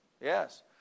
Yes